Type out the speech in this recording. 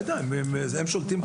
הם שולטים בזה.